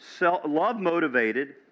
love-motivated